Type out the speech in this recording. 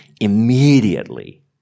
immediately